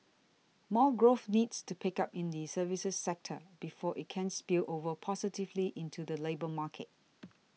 more growth needs to pick up in the services sector before it can spill over positively into the labour market